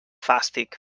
fàstic